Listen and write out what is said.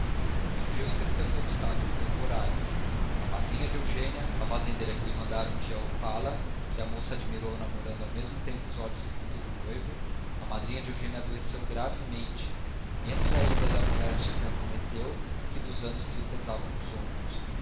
surgiu entretanto um obstáculo temporário a madrinha de eugênia a fazendeira que lhe mandara um dia a opala que a moça admirou namorando ao mesmo tempo os olhos do futuro noivo a madrinha de eugênia adoeceu gravemente menos ainda da moléstia que a acometeu que dos anos que lhe pesavam nos ombros